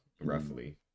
roughly